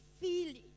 feeling